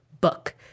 book